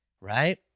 right